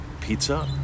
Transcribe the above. pizza